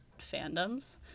fandoms